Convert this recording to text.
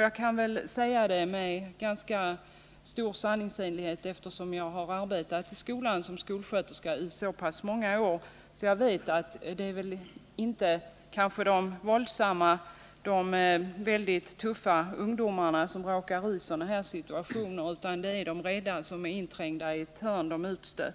Jag kan väl säga detta med ganska stor sanningsenlighet, eftersom jag har arbetat i skolan som skolsköterska i så många år att jag vet att det inte är de väldigt tuffa ungdomarna som råkar in i sådana här våldssituationer, utan att det är de som är så att säga inträngda i ett hörn, de rädda, de